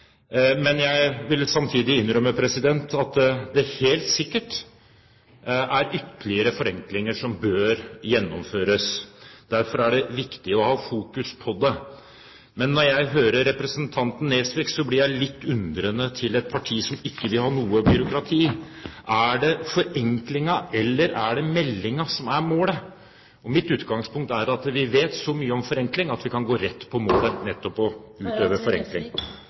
Men jeg vil samtidig innrømme at det helt sikkert er ytterligere forenklinger som bør gjennomføres. Derfor er det viktig å fokusere på det. Men når jeg hører representanten Nesvik, blir jeg litt undrende til Fremskrittspartiet, som er et parti som ikke vil ha noe byråkrati. Er det forenklingen, eller er det meldingen som er målet? Mitt utgangspunkt er at vi vet så mye om forenkling at vi kan gå rett på målet: nettopp å utøve forenkling.